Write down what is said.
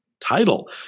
title